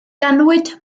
ganwyd